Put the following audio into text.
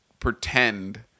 pretend